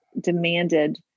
demanded